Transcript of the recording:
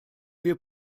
wir